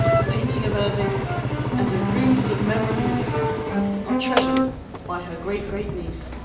a painting of erddig and a room full of memorabilia are treasured by her great-great-niece.